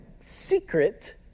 secret